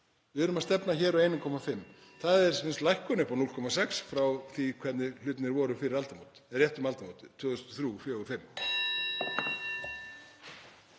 Við erum að stefna hér að 1,5. Það er lækkun upp á 0,6 frá því hvernig hlutirnir voru fyrir aldamót eða rétt um aldamótin,